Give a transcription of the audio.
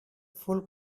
full